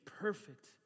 perfect